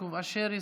יעקב אשר,